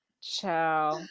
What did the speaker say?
Ciao